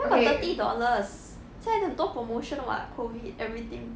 where got thirteen dollars 现在的很多 promotion what COVID everything